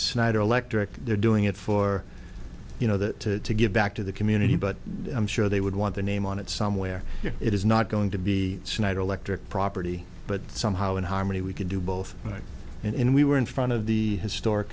snyder electric they're doing it for you know the to give back to the community but i'm sure they would want the name on it somewhere it is not going to be snyder electric property but somehow in harmony we can do both and we were in front of the historic